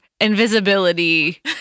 Invisibility